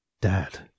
Dad